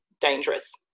dangerous